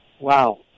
Wow